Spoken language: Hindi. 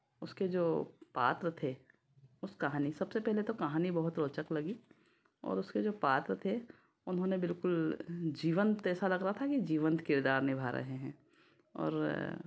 उसके जो पात्र थे उस कहानी सबसे पहले तो कहानी बहुत रोचक लगी और उसके जो पात्र थे उन्होंने बिलकुल जीवंत ऐसा लग रहा था कि जीवंत किरदार निभा रहे हैं और